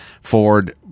ford